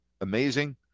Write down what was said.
amazing